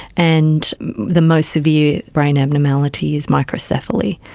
and the most severe brain abnormality is microcephaly.